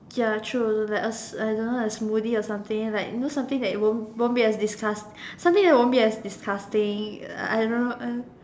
ya true like a I don't know like a smoothie or something like you know something that you won't won't be as disgust~ something that won't be as disgusting I don't know